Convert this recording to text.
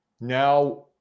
now